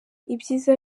ibyiza